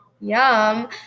Yum